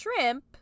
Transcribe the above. shrimp